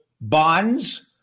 bonds